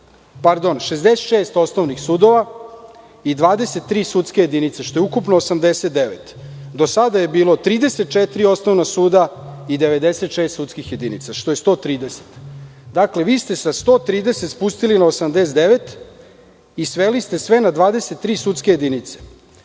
stvara 66 osnovnih sudova i 23 sudske jedinice, što je ukupno 89. Do sada je bilo 34 osnovna suda i 96 sudskih jedinica, što je ukupno 130. Dakle, vi ste sa 130 spustili na 89 i sveli ste sve na 23 sudske jedinice.